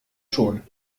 schon